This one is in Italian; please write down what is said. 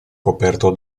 coperto